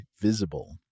Visible